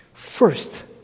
First